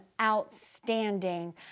outstanding